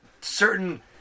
certain